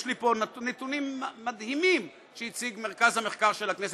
יש לי פה נתונים מדהימים שהציג מרכז המחקר של הכנסת.